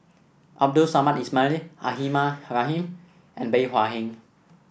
Abdul Samad Ismail Rahimah Rahim and Bey Hua Heng